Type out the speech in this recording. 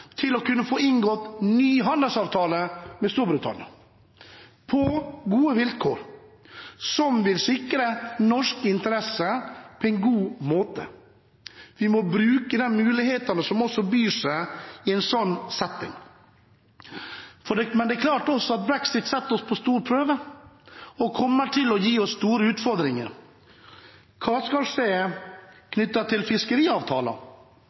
ny handelsavtale med Storbritannia, på gode vilkår, som vil sikre norske interesser på en god måte. Vi må bruke de mulighetene som byr seg i en slik setting. Men det er også klart at brexit setter oss på en stor prøve og kommer til å gi oss store utfordringer. Hva skal skje